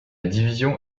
division